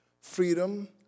Freedom